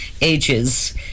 ages